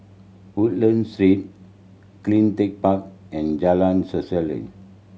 Woodlands Street Cleantech Park and Jalan